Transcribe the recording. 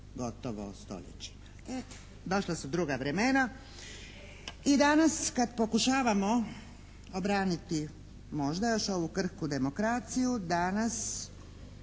gotovo stoljećima. E došla su druga vremena i danas kad pokušavamo obraniti možda još ovu krhku demokraciju danas